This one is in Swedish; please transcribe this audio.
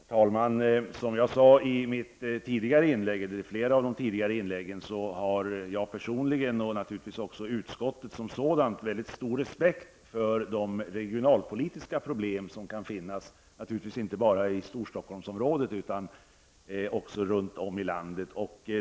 Herr talman! Som jag sade i flera av mina tidigare inlägg har jag personligen, och naturligtvis också utskottet som sådant, mycket stor respekt för de regionalpolitiska problem som kan finnas inte bara i Storstockholmsområdet utan runt om i landet.